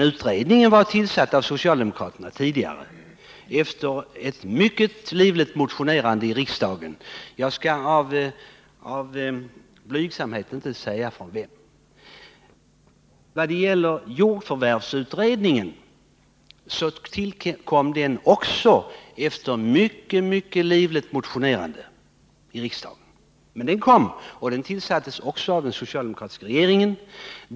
Utredningen var tillsatt av socialdemokraterna tidigare, efter ett mycket livligt motionerande i riksdagen — jag skall av blygsamhet inte säga från vem. Också jordförvärvsutredningen tillkom efter ett mycket livligt motionerande i riksdagen, men den kom till stånd, och även den tillsattes av den socialdemokratiska regeringen.